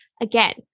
Again